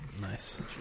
nice